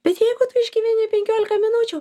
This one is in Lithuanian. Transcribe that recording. bet jeigu tu išgyveni penkiolika minučių